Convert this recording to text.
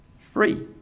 free